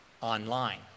online